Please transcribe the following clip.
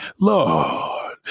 Lord